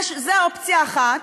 זה אופציה אחת,